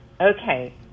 Okay